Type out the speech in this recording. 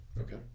Okay